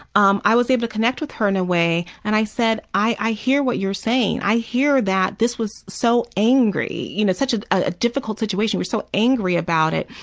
um i was able to connect with her in a way and i said, i hear what you're saying. i hear that this was so angry. it's you know such ah a difficult situation. we're so angry about it,